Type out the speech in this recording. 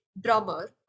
drummer